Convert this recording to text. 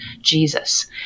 Jesus